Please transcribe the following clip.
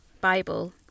Bible